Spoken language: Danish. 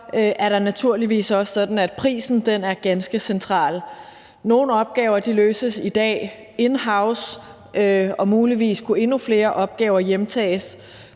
er det naturligvis også sådan, at prisen er ganske central. Nogle opgaver løses i dag inhouse, og muligvis kunne endnu flere opgaver hjemtages.